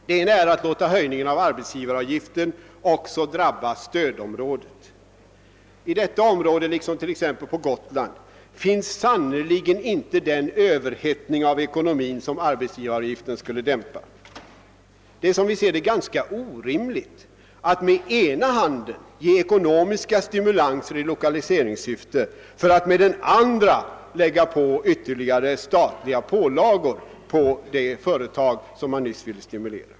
Det ena är att låta höjningen av arbetsgivaravgiften drabba också stödområdet. I detta område — liksom på Got land — finns sannerligen inte den överhettning av ekonomin som arbetsgivaravgiften skall dämpa. Som vi ser det är det orimligt att med ena handen ge ekonomiska stimulanser i lokaliseringssyfte och med den andra lägga ytterligare statliga pålagor på de företag som man nyss ville stimulera.